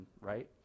right